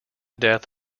death